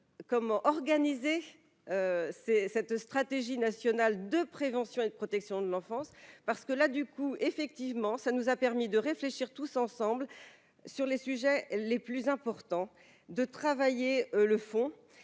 comment organiser, c'est cette stratégie nationale de prévention et de protection de l'enfance parce que là, du coup, effectivement, ça nous a permis de réfléchir tous ensemble sur les sujets les plus importants de travailler le fond